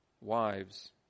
wives